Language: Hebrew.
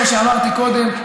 כמו שאמרתי קודם,